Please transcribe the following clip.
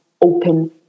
open